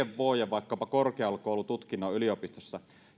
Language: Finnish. vaikkapa sen viiden vuoden korkeakoulututkinnon yliopistossa